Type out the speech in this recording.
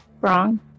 wrong